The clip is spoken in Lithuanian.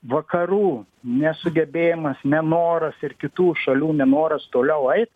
vakarų nesugebėjimas nenoras ir kitų šalių nenoras toliau eit